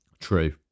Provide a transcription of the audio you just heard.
True